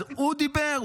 אז הוא דיבר,